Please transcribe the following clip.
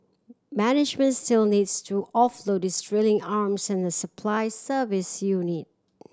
management still needs to offload its drilling arms and supply service unit